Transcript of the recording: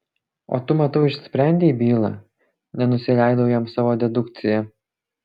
o tu matau išsprendei bylą nenusileidau jam savo dedukcija